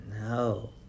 No